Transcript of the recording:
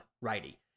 righty